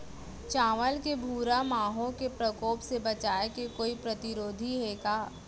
चांवल के भूरा माहो के प्रकोप से बचाये के कोई प्रतिरोधी हे का?